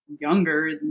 younger